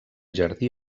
jardí